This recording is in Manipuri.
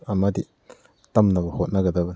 ꯑꯃꯗꯤ ꯇꯝꯅꯕ ꯍꯣꯠꯅꯒꯗꯕꯅꯦ